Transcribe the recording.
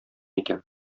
икән